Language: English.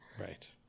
right